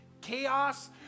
chaos